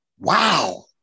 Wow